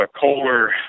colder